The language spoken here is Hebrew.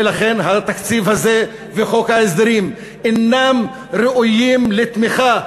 ולכן התקציב הזה וחוק ההסדרים אינם ראויים לתמיכה.